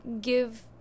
give